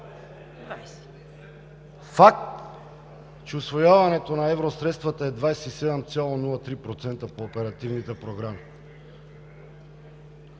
Факт, че усвояването на евросредствата е 27,03% по оперативните програми.